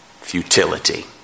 futility